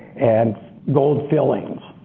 and gold fillings.